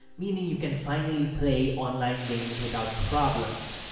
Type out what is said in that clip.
meaning you can finally play online games without problems.